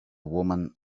woman